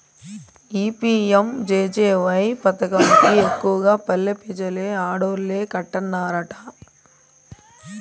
ఈ పి.యం.జె.జె.వై పదకం కి ఎక్కువగా పల్లె పెజలు ఆడోల్లే కట్టన్నారట